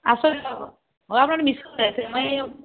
আছোঁ দিয়ক অঁ আপোনাৰ